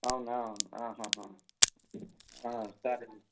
అవునా సరే